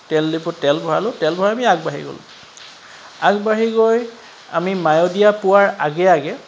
তেল ডিপুত তেল ভৰালোঁ তেল ভৰাই আমি আগবাঢ়ি গলোঁ আগবাঢ়ি গৈ আমি মায়'দিয়া পোৱাৰ আগে আগে